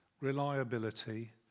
reliability